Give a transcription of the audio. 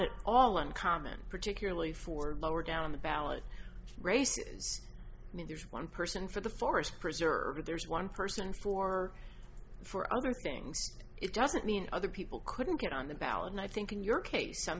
at all uncommon particularly for lower down the ballot races i mean there's one person for the forest preserve there's one person for for other things it doesn't mean other people couldn't get on the ballot and i think in your case some